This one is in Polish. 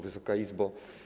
Wysoka Izbo!